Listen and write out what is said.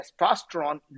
testosterone